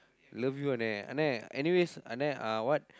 love you அண்ணன்:annan அண்ணன்:annan anyways அண்ணன்:annan ah what